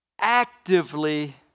actively